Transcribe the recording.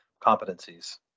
competencies